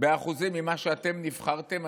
באחוזים מאשר נבחרתם.